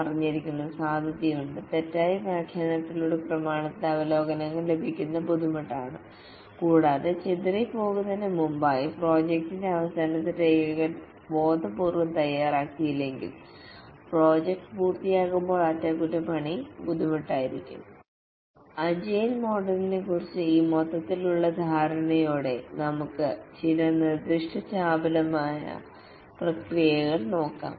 agile മോഡലിനെക്കുറിച്ചുള്ള ഈ മൊത്തത്തിലുള്ള ധാരണയോടെ നമുക്ക് ചില നിർദ്ദിഷ്ട ചാപലമായ പ്രക്രിയകൾ നോക്കാം